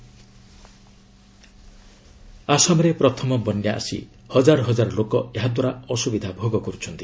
flood Assam ଆସାମରେ ପ୍ରଥମ ବନ୍ୟା ଆସି ହଜାର ହଜାର ଲୋକ ଏହା ଦ୍ୱାରା ଅସୁବିଧା ଭୋଗ କରୁଛନ୍ତି